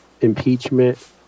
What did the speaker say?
impeachment